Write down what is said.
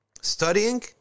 studying